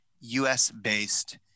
US-based